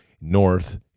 north